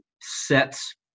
sets